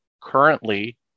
currently